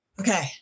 Okay